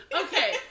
Okay